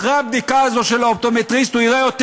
אחרי הבדיקה הזאת של האופטומטריסט הוא יראה יותר